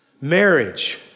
marriage